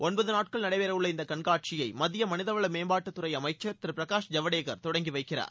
ஒன்பது நாட்கள் நடைபெறவுள்ள இந்த கண்காட்சியை மத்திய மனித வள மேம்பாட்டுத்துறை அமைச்சர் திரு பிரகாஷ் ஜவ்டேகர் தொடங்கி வைக்கிறார்